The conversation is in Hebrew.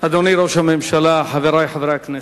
אדוני ראש הממשלה, חברי חברי הכנסת,